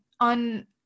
on